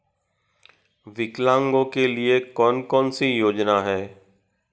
विकलांगों के लिए कौन कौनसी योजना है?